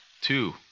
two